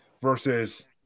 versus